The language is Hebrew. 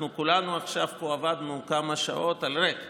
כולנו פה עכשיו עבדנו כמה שעות על ריק,